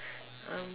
um